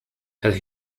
had